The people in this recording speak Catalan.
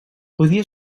podia